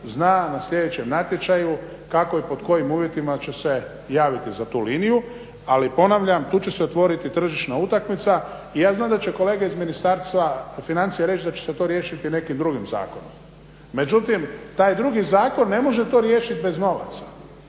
zna na sljedećem natječaju kako i pod kojim uvjetima će se javiti za tu liniju. Ali ponavljam, tu će se otvoriti tržišna utakmica. I ja znam da će kolega iz Ministarstva financija reći da će se to riješiti nekim drugim zakonom. Međutim, taj drugi zakon ne može to riješiti bez novaca.